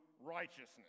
righteousness